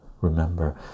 remember